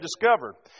discovered